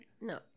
No